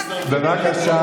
הינה,